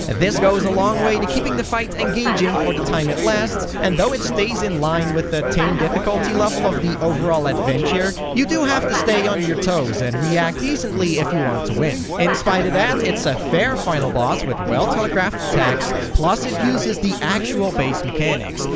and this goes a long way to keeping the fight engaging for the time it lasts, and though it stays in line with the tame difficulty level of the overall adventure, you do have to stay on your toes and react decently if you want to win. in spite of that, it's a fair final boss with well telegraphed attacks, plus it uses the actual base mechanics.